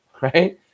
right